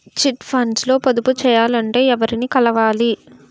Chit funds లో పొదుపు చేయాలంటే ఎవరిని కలవాలి?